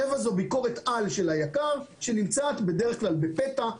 שבע זה ביקורת על של היק"ר שמבוצעת בדרך כלל בפתע,